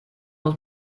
muss